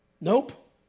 nope